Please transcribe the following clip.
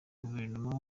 guverinoma